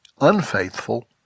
unfaithful